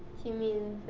you mean,